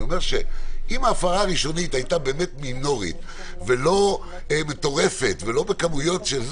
אני אומר שאם ההפרה הראשונית הייתה מינורית ולא מטורפת ולא בכמויות,